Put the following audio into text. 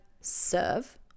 serve